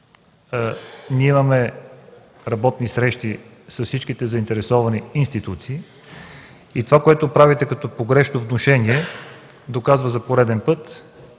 Ние имаме работни срещи с всички заинтересовани институции и това, което правите като погрешно внушение, доказва за пореден път,